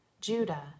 Judah